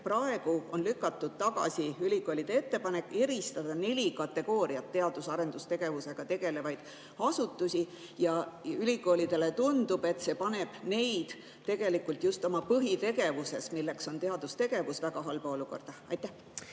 Praegu on lükatud tagasi ülikoolide ettepanek eristada neli kategooriat teadus‑ ja arendustegevusega tegelevaid asutusi ja ülikoolidele tundub, et see paneb neid tegelikult just oma põhitegevuses, milleks on teadustegevus, väga halba olukorda. Austatud